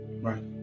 right